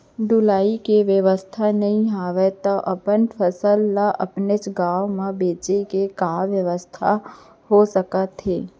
ढुलाई के बेवस्था नई हवय ता अपन फसल ला अपनेच गांव मा बेचे के का बेवस्था हो सकत हे?